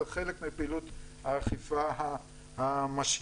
אז זה חלק מפעילות האכיפה המשלימה,